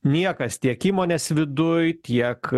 niekas tiek įmonės viduj tiek